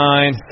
Nine